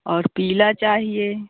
और पीला चाहिए